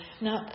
now